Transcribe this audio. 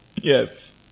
Yes